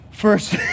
First